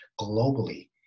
globally